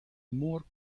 more